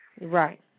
Right